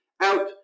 out